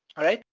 alright?